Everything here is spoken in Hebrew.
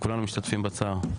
וכולנו משתתפים בצער.